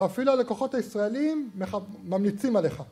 אפילו הלקוחות הישראלים ממליצים עליך